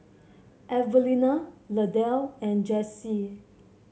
Evelina Lydell and Jace